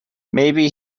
maybe